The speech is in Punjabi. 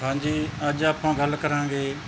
ਹਾਂਜੀ ਅੱਜ ਆਪਾਂ ਗੱਲ ਕਰਾਂਗੇ